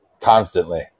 constantly